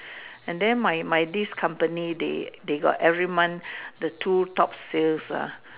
and then my my this company the the give everyone the two top sales